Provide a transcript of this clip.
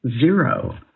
zero